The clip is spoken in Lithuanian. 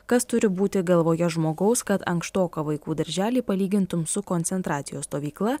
kas turi būti galvoje žmogaus kad ankštoką vaikų darželį palygintum su koncentracijos stovykla